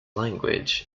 language